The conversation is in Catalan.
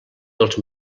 dels